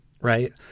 Right